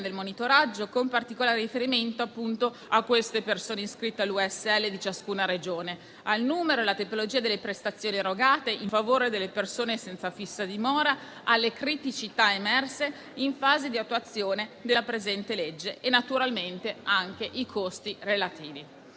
monitoraggio, con particolare riferimento a queste persone iscritte alle aziende unità sanitarie locali di ciascuna Regione, al numero e alla tecnologia delle prestazioni erogate in favore delle persone senza fissa dimora, alle criticità emerse in fase di attuazione della presente legge e naturalmente anche ai costi relativi.